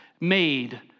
made